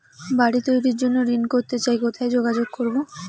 বাড়ি তৈরির জন্য ঋণ করতে চাই কোথায় যোগাযোগ করবো?